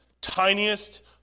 Tiniest